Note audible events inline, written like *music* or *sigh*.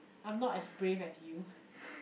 I'm not as brave as you *laughs*